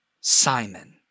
Simon